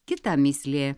kita mįslė